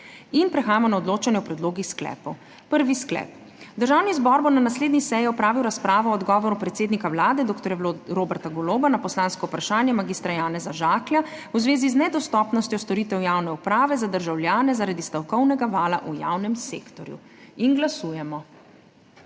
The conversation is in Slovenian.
Prehajamo na odločanje o predlogih sklepov. Prvi sklep: Državni zbor bo na naslednji seji opravil razpravo o odgovoru predsednika Vlade dr. Roberta Goloba na poslansko vprašanje mag. Janeza Žaklja v zvezi z nedostopnostjo storitev javne uprave za državljane zaradi stavkovnega vala v javnem sektorju. Glasujemo.